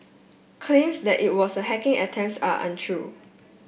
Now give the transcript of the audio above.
claims that it was hacking attempts are untrue